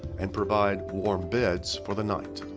and provide warm beds for the night.